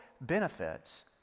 benefits